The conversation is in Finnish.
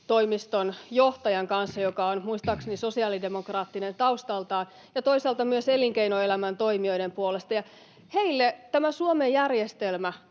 johtajan kanssa, joka on muistaakseni sosiaalidemokraattinen taustaltaan, ja toisaalta myös elinkeinoelämän toimijoiden puolella, ja heille tämä Suomen järjestelmä,